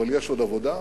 אבל יש עוד עבודה,